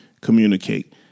communicate